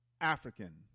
African